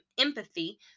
empathy